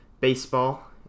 baseball